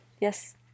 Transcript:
Yes